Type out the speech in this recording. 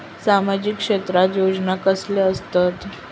सामाजिक क्षेत्रात योजना कसले असतत?